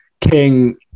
King